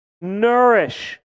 Nourish